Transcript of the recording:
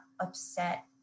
upset